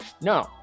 no